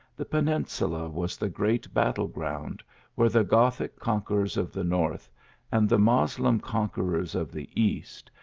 the peninsula was the great battle ground where the gothic conquerors of the north and the moslem conquerors of the east,